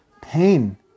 pain